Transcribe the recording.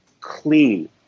clean